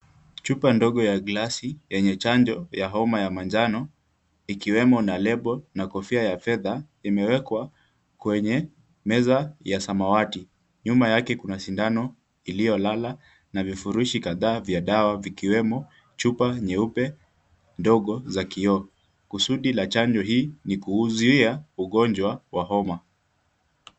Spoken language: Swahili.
Chupa ndogo ya glasi yenye chanjo ya homa ya manjano ikiwemo na lebo na kofia ya fedha imewekwa kwenye meza ya samawati . Nyuma yake kuna sindano iliyolala na vifurushi kadhaa vya dawa vikiwemo chupa nyeupe ndogo za kioo. Kusudi la chanjo hii ni kuzuia ugonjwa wa homa.